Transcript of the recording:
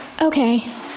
Okay